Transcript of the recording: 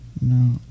No